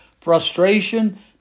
frustration